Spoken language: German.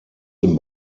den